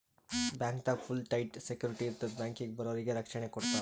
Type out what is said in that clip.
ಬ್ಯಾಂಕ್ದಾಗ್ full tight security ಇರ್ತದ್ ಬ್ಯಾಂಕಿಗ್ ಬರೋರಿಗ್ ರಕ್ಷಣೆ ಕೊಡ್ತಾರ